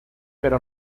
pero